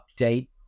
update